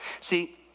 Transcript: See